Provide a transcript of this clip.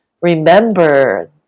remember